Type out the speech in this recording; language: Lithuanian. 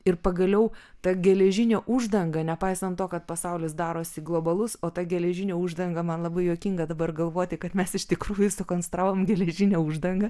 ir pagaliau ta geležinė uždanga nepaisant to kad pasaulis darosi globalus o ta geležinė uždanga man labai juokinga dabar galvoti kad mes iš tikrųjų sukonstravom geležinę uždangą